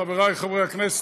חברי חברי הכנסת,